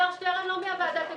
מי בעד?